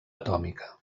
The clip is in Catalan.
atòmica